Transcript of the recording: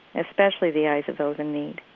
especially the eyes of those in need